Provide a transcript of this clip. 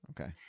Okay